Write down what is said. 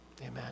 amen